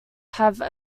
have